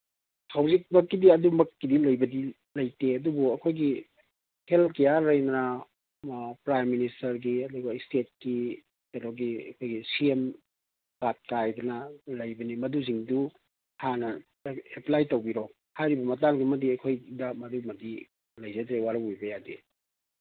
ꯍꯧꯖꯤꯛꯃꯛꯀꯤꯗꯤ ꯑꯗꯨꯃꯛꯀꯤꯗꯤ ꯂꯩꯕꯗꯤ ꯂꯩꯇꯦ ꯑꯗꯨꯕꯨ ꯑꯩꯈꯣꯏꯒꯤ ꯍꯦꯜꯠ ꯀꯤꯌꯔ ꯍꯥꯏꯗꯅ ꯄ꯭ꯔꯥꯏꯝ ꯃꯤꯅꯤꯁꯇꯔꯒꯤ ꯑꯗꯨꯒ ꯏꯁꯇꯦꯠꯀꯤ ꯀꯩꯅꯣꯒꯤ ꯑꯩꯈꯣꯏꯒꯤ ꯁꯤ ꯑꯦꯝ ꯀꯥꯔꯠ ꯀꯥꯏꯗꯅ ꯂꯩꯕꯅꯤ ꯃꯗꯨꯁꯤꯡꯗꯨ ꯍꯥꯟꯅ ꯑꯦꯄ꯭ꯂꯥꯏ ꯇꯧꯕꯤꯔꯣ ꯍꯥꯏꯔꯤꯕ ꯃꯇꯥꯡꯗꯨꯃꯗꯤ ꯑꯩꯈꯣꯏꯗ ꯃꯗꯨꯃꯗꯤ ꯂꯩꯖꯗ꯭ꯔꯦ ꯋꯥꯔꯧꯕꯤꯕ ꯌꯥꯗꯦ